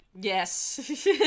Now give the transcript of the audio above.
Yes